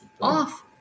off